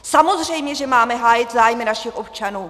Samozřejmě že máme hájit zájmy našich občanů!